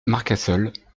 marcassol